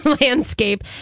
landscape